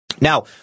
Now